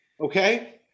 okay